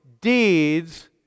deeds